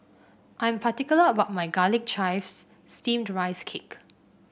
I am particular about my Garlic Chives Steamed Rice Cake